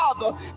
father